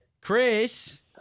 Chris